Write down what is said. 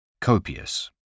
Copious